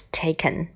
taken